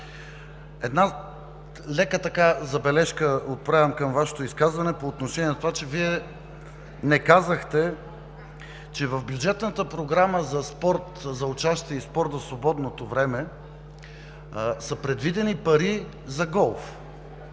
една лека забележка отправям към Вашето изказване по отношение на това, че Вие не казахте, че в бюджетната програма за спорт за учащи и спорт в свободното време са предвидени пари за голф.